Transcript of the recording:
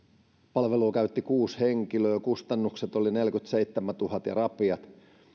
palvelua käytti kuusi henkilöä ja kustannukset olivat neljäkymmentäseitsemäntuhatta ja rapiat